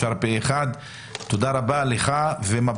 הצבעה הצעת צו המועצות המקומיות (עבירות קנס) (תיקון),